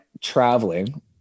traveling